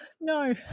No